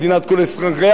מדינת כל אזרחיה.